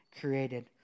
created